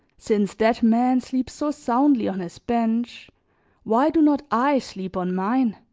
since that man sleeps so soundly on his bench why do not i sleep on mine?